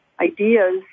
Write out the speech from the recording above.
ideas